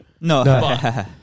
No